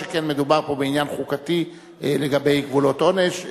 שכן מדובר פה בעניין חוקתי לגבי גבולות עונש,